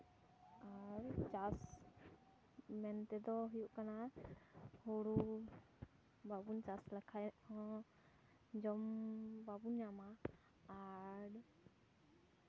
ᱟᱨ ᱪᱟᱥ ᱢᱮᱱᱛᱮ ᱫᱚ ᱦᱩᱭᱩᱜ ᱠᱟᱱᱟ ᱦᱩᱲᱩ ᱵᱟᱵᱚᱱ ᱪᱟᱥ ᱞᱮᱠᱷᱟᱡ ᱦᱚᱸ ᱡᱚᱢ ᱵᱟᱵᱚᱱ ᱧᱟᱢᱟ ᱟᱨ